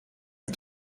est